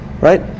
Right